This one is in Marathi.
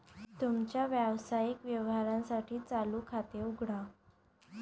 तुमच्या व्यावसायिक व्यवहारांसाठी चालू खाते उघडा